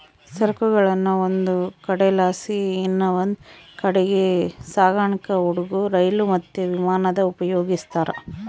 ಸರಕುಗುಳ್ನ ಒಂದು ಕಡೆಲಾಸಿ ಇನವಂದ್ ಕಡೀಗ್ ಸಾಗ್ಸಾಕ ಹಡುಗು, ರೈಲು, ಮತ್ತೆ ವಿಮಾನಾನ ಉಪಯೋಗಿಸ್ತಾರ